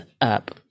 up